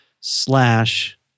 slash